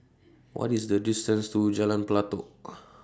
What IS The distance to Jalan Pelatok